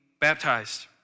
baptized